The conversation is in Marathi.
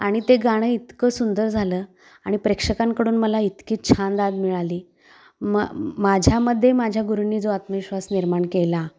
आणि ते गाणं इतकं सुंदर झालं आणि प्रेक्षकांकडून मला इतकी छान दाद मिळाली म माझ्यामध्ये माझ्या गुरुंनी जो आत्मविश्वास निर्माण केला